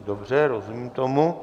Dobře, rozumím tomu.